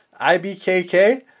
IBKK